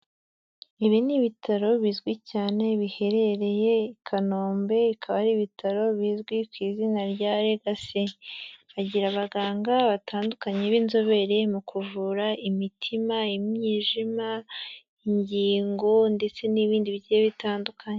Ibi ni ibitaro bizwi cyane, biherereye i Kanombe, bikaba ari ibitaro bizwi ku izina rya Legacy, bagira abaganga batandukanye b'inzobere mu kuvura imitima, imyijima, ingingo ndetse n'ibindi bigiye bitandukanye.